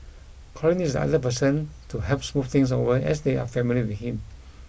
Colin is the ideal person to help smooth things over as they are family with him